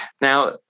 now